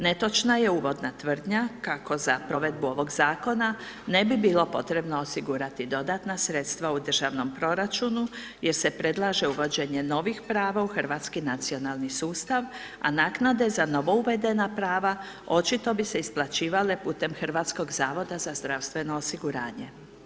Netočna je uvodna tvrdnja kako za provedbu ovog zakona ne bi bilo potrebno osigurati dodatna sredstva u državnom proračunu jer se predlaže uvođenje novih prava u hrvatski nacionalni sustav a naknade za novouvedena prava očito bi se isplaćivale putem Hrvatskog zavoda za zdravstveno osiguranje.